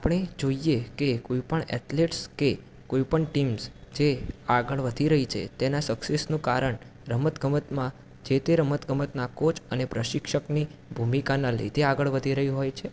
આપણે જોઈએ કે કોઈ પણ એથલેટ્સ કે કોઈ પણ ટીમ્સ જે આગળ વધી રહી છે તેના સક્સેસનું કારણ રમતગમતમાં જે તે રમતગમતના કોચ અને પ્રશિક્ષકની ભૂમિકાના લીધે આગળ વધી રહ્યું હોય છે